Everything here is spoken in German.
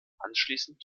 anschließend